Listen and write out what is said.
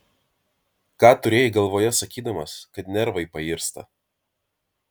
ką turėjai galvoje sakydamas kad nervai pairsta